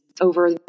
over